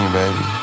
baby